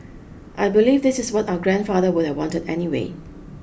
I believe this is what our grandfather would have wanted anyway